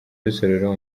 rusororo